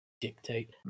Dictate